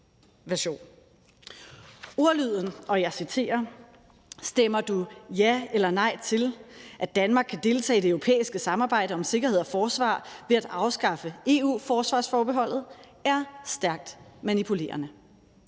version. Ordlyden – og jeg citerer: »Stemmer du ja eller nej til, at Danmark kan deltage i det europæiske samarbejde om sikkerhed og forsvar ved at afskaffe EU-forsvarsforbeholdet?« – er stærkt manipulerende.